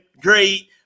Great